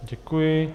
Děkuji.